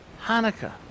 Hanukkah